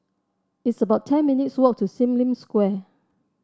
it's about ten minutes' walk to Sim Lim Square